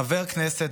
חבר כנסת,